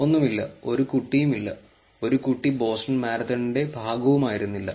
ഒന്നുമില്ല ഒരു കുട്ടിയുമില്ല ഒരു കുട്ടി ബോസ്റ്റൺ മാരത്തണിന്റെ ഭാഗവുമായിരുന്നില്ല